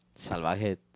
Salvaje